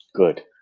Good